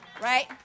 Right